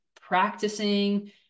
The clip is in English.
practicing